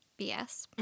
BS